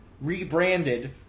rebranded